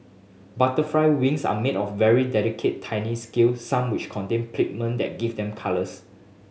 butterfly wings are made of very delicate tiny scale some which contain pigment that give them colours